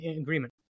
agreement